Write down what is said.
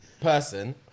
person